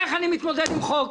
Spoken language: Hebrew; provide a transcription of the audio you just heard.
איך אני מתמודד עם חוק?